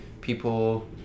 people